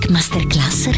Masterclass